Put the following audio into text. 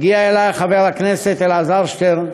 הגיע אלי חבר הכנסת אלעזר שטרן,